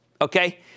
Okay